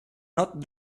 not